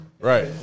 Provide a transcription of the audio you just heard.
right